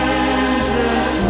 endless